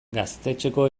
gaztetxeko